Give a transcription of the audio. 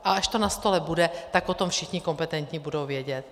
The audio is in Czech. A až to na stole bude, tak o tom všichni kompetentní budou vědět.